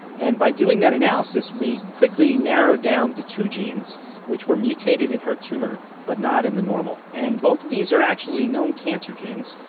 and by doing that analysis we quickly narrowed down the two genes which were mutated in her tumour but not in the normal. and both of these are actually known cancer genes.